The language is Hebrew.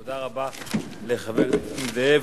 תודה רבה לחבר הכנסת נסים זאב.